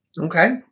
Okay